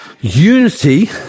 unity